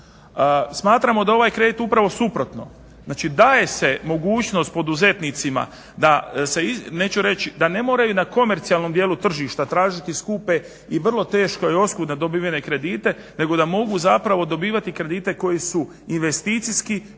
Smatramo da ovaj kredit upravo suprotno, znači daje se mogućnost poduzetnicima da se, neću reći da ne moraju na komercijalnom dijelu tržišta tražiti skupe i vrlo teško i oskudno dobivene kredite nego da mogu zapravo dobivati kredite koji su investicijski